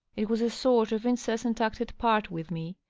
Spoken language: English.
it was a sort of incessant acted part with me,